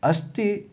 अस्ति